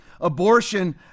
abortion